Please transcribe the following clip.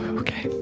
okay.